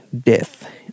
Death